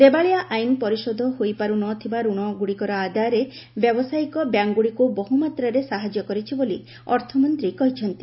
ଦେବାଳିଆ ଆଇନ ପରିଶୋଧ ହେଇପାର୍ ନଥିବା ରଣ ଗୁଡ଼ିକର ଆଦାୟରେ ବ୍ୟବସାୟିକ ବ୍ୟାଙ୍କଗୁଡ଼ିକୁ ବହୁମାତ୍ରାରେ ସାହାଯ୍ୟ କରିଛି ବୋଲି ଅର୍ଥମନ୍ତ୍ରୀ କହିଛନ୍ତି